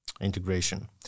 integration